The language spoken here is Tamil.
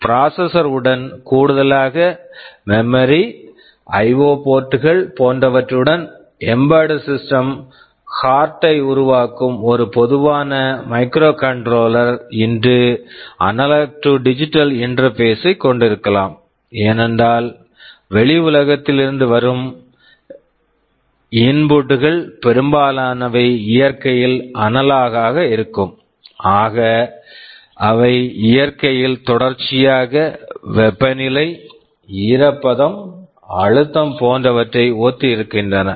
ப்ராசெசர் processor உடன் கூடுதலாக மெமரி memory ஐஓio போர்ட் port கள் போன்றவற்றுடன் embedded system embedded system heart heart ஐ உருவாக்கும் ஒரு பொதுவான மைக்ரோகண்ட்ரோலர் microcontroller இன்று analog to digital interface analog to digital interface ஐ கொண்டிருக்கலாம் ஏனென்றால் வெளி உலகத்திலிருந்து வரும் இன்புட் input கள் பெரும்பாலானவை இயற்கையில் அனலாக் analog ஆக இருக்கும் அவை இயற்கையில் தொடர்ச்சியாக வெப்ப நிலை ஈரப்பதம் அழுத்தம் போன்றவற்றை ஒத்து இருக்கின்றன